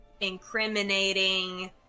incriminating